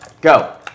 go